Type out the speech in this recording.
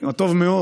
הטוב מאוד.